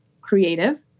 creative